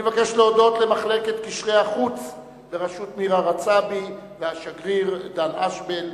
אני מבקש להודות למחלקת קשרי החוץ בראשות מירה רצאבי והשגריר דן אשבל,